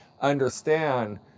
understand